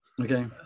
okay